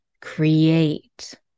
create